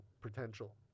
potential